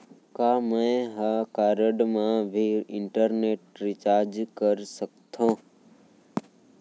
का मैं ह कारड मा भी इंटरनेट रिचार्ज कर सकथो